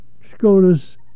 SCOTUS